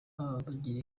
babagira